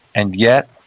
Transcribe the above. and yet,